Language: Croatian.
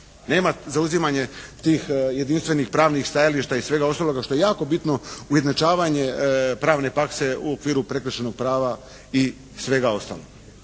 nema zauzimanje tih jedinstvenih pravnih stajališta i svega ostaloga što je jako bitno ujednačavanje pravne prakse u okviru prekršajnog prava i svega ostaloga.